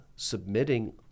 submitting